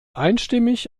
einstimmig